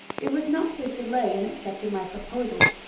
it was not his delay in accepting my proposals,